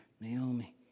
Naomi